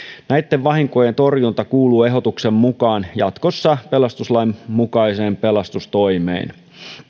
näitten vahinkojen torjunta kuuluu ehdotuksen mukaan jatkossa pelastuslain mukaiseen pelastustoimeen